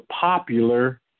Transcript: popular